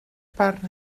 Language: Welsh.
barn